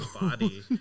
body